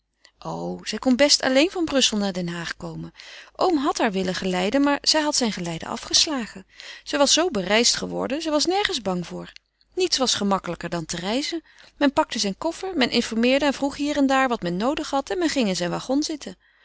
o zij kon best alleen van brussel naar den haag komen oom had haar willen geleiden maar zij had zijn geleide afgeslagen zij was zoo bereisd geworden zij was nergens bang voor niets was gemakkelijker dan te reizen men pakte zijn koffer men informeerde en vroeg hier en daar wat men noodig had en men ging in zijn waggon zitten